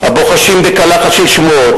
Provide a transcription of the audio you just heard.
הבוחשים בקלחת של שמועות.